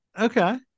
Okay